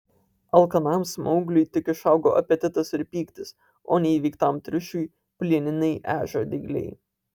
alkanam smaugliui tik išaugo apetitas ir pyktis o neįveiktam triušiui plieniniai ežio dygliai